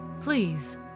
Please